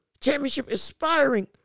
championship-inspiring